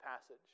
passage